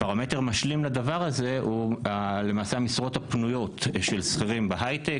פרמטר משלים לדבר הזה הוא למעשה המשרות הפניות של שכירים בהייטק,